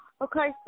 Okay